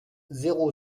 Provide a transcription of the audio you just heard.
zéro